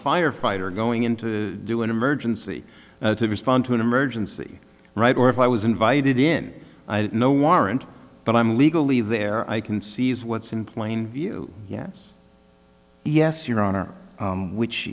firefighter going in to do an emergency to respond to an emergency right or if i was invited in i had no warrant but i'm legally there i can seize what's in plain view yes yes your honor which